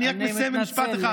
אני רק מסיים במשפט אחד.